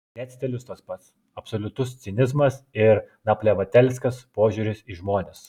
net stilius tas pats absoliutus cinizmas ir naplevatelskas požiūris į žmones